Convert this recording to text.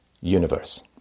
universe